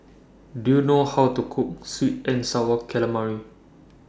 Do YOU know How to Cook Sweet and Sour Calamari